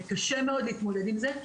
וקשה מאוד להתמודד עם זה.